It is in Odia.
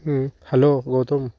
ହ୍ୟାଲୋ ଗୌତମ